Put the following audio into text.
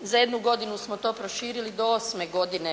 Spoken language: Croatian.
za jednu godinu smo to proširili, do osme godine